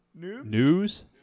News